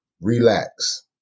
relax